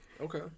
Okay